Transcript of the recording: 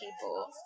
people